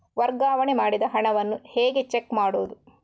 ವರ್ಗಾವಣೆ ಮಾಡಿದ ಹಣವನ್ನು ಹೇಗೆ ಚೆಕ್ ಮಾಡುವುದು?